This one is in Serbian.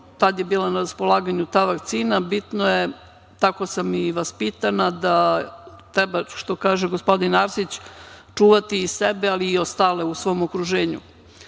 tad je bila na raspolaganju ta vakcina. Bitno je, tako sam i vaspitana, treba, što kaže gospodin Arsić, čuvati i sebe, ali i ostale u svom okruženju.